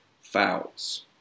fouls